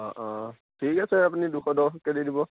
অঁ অঁ ঠিক আছে আপুনি দুশ দহ কেছি দিব